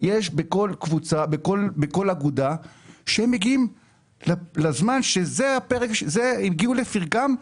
יש בכל אגודה שהם מגיעים לזמן שהגיעו לפרקם.